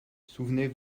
souvenez